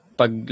pag